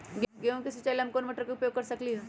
गेंहू के सिचाई ला हम कोंन मोटर के उपयोग कर सकली ह?